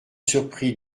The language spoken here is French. surpris